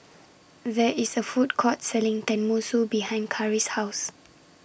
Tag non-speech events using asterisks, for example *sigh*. *noise* There IS A Food Court Selling Tenmusu behind Carri's House